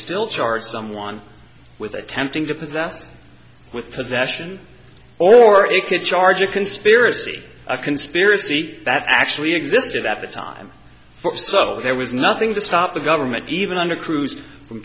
still charge someone with attempting to possess with possession or it could charge a conspiracy a conspiracy that actually existed at the time so there was nothing to stop the government even under cruised from